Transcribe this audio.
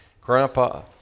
Grandpa